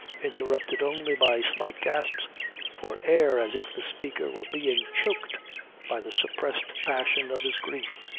interrupted only by slight gasps for air as if the speaker were being choked by the suppressed passion of his grief.